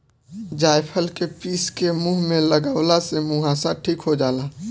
जायफल के पीस के मुह पे लगवला से मुहासा ठीक हो जाला